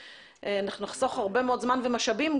אנחנו נחסוך הרבה מאוד זמן וגם משאבים,